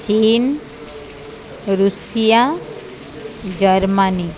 China Russia Germany